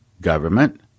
government